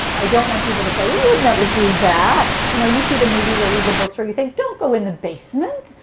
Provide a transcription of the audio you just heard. i don't want people to say, you you would never do that. you know you see the movies or read the books, or you think, don't go in the basement.